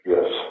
Yes